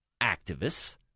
activists